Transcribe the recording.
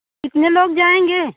कितने लोग जाएँगे